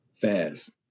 fast